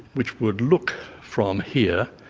which would look from here,